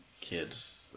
kids